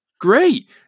great